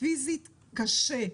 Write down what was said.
פיזית קשה.